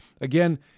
again